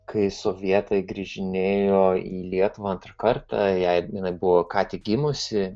kai sovietai grįžinėjo į lietuvą antrą kartą jai buvo ką tik gimusi